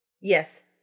Yes